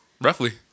Roughly